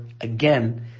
again